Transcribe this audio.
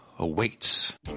Awaits